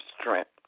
strength